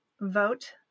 vote